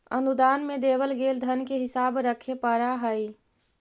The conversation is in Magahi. अनुदान में देवल गेल धन के हिसाब रखे पड़ा हई